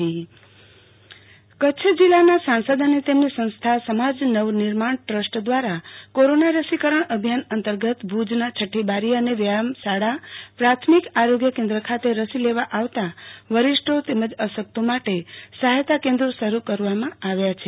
આરતી ભટ જિલ્લા સાંસદ રસીકરણ અભિયાન કચ્છ જિલ્લાના સાંસદ અને તેમની સંસ્થા સમાજ નવનિર્માણ ટસ્ટ દવારા કોરોના રસીકરણ અભિયાન અંતર્ગત ભુજના છઠોબારો અને વ્યાયામ શાળા પ્રાથમિક આરોગ્ય કેન્દ ખાતે રસી લેવા આવતા વરિયઠો તમજ અશકતો માટે સહાયતા કેન્દ્ર શરૂ કરવામાં આવ્યા છે